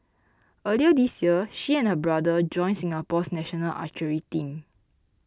earlier this year she and her brother joined Singapore's national archery team